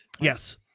Yes